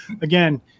again